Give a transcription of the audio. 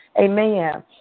Amen